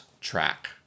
track